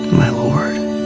my lord